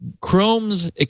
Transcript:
Chrome's